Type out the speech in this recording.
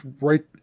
right